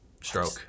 Stroke